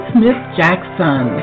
Smith-Jackson